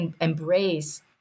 embrace